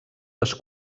les